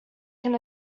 can